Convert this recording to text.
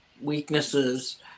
weaknesses